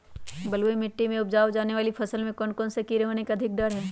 बलुई मिट्टी में उपजाय जाने वाली फसल में कौन कौन से कीड़े होने के अधिक डर हैं?